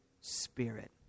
Spirit